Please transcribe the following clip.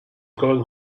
going